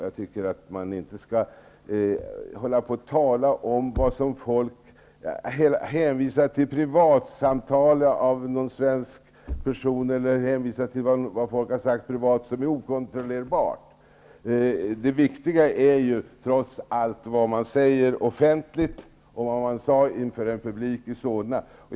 Jag tycker inte att man skall hänvisa till privatsamtal med någon svensk person eller hänvisa till sådant som människor har sagt privat, vilket är okontrollerbart. Det viktiga är trots allt det som sägs offentligt och det som sades inför en publik i Solna.